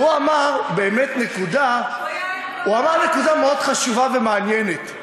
הוא אמר נקודה מאוד חשובה ומעניינת.